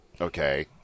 okay